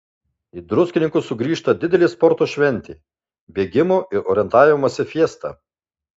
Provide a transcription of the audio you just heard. į druskininkus sugrįžta didelė sporto šventė bėgimo ir orientavimosi fiesta